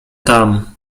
tam